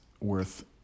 worth